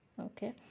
okay